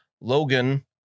Logan